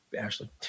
Ashley